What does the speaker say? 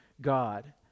God